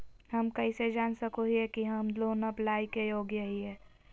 हम कइसे जान सको हियै कि हम लोन अप्लाई के योग्य हियै?